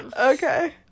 Okay